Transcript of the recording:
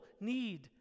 need